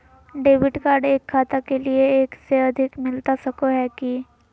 Debit card एक खाता के लिए एक से अधिक मिलता सको है की?